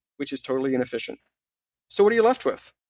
which is totally inefficient so what are you left with?